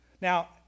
Now